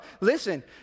Listen